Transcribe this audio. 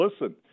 listen